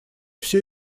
все